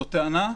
זו טענה.